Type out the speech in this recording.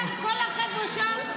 כל החבר'ה שם?